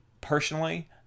personally